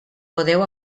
podeu